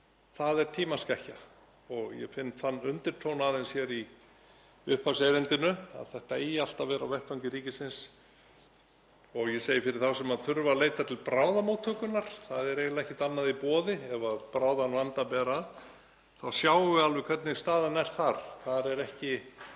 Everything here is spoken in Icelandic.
er tímaskekkja. Ég finn þann undirtón aðeins hér í upphafserindinu, að þetta eigi allt að vera á vettvangi ríkisins, og ég segi að fyrir þá sem þurfa að leita til bráðamóttökunnar er eiginlega ekkert annað í boði og ef bráðan vanda ber að þá sjáum við alveg hvernig staðan er þar. Þar er ekki